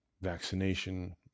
vaccination